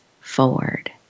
forward